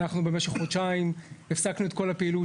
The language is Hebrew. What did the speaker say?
אנחנו במשך חודשיים הפסקנו את כל הפעילות